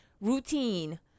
routine